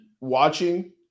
watching